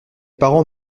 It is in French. parents